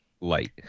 light